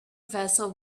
vessel